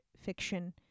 fiction